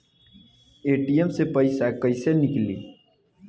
ATM से पैसा कैसे नीकली?